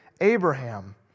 Abraham